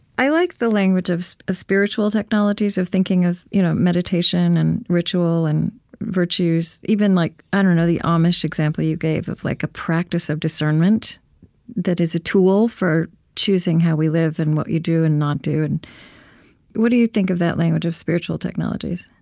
i like the language of of spiritual technologies, of thinking of you know meditation and ritual and virtues even like, i don't know, the amish example you gave of like a practice of discernment that is a tool for choosing how we live and what you do and not do. what do you think of that language of spiritual technologies?